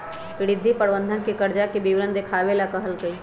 रिद्धि प्रबंधक के कर्जा के विवरण देखावे ला कहलकई